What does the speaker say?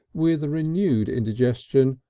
with a renewed indigestion,